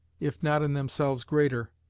if not in themselves greater,